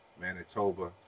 Manitoba